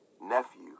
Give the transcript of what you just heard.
Nephew